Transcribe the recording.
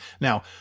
Now